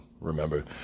remember